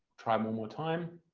try one more time.